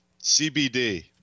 CBD